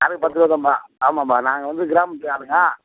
பத்துருபாய் தான்ப்பா ஆமாப்பா நாங்கள் வந்து கிராமத்துக்காரங்க